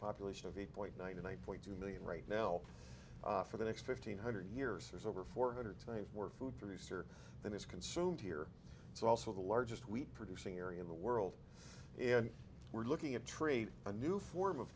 population of the point ninety nine point two million right now for the next fifteen hundred years there's over four hundred times more food produced or than is consumed here it's also the largest wheat producing area in the world and we're looking at trade a new form of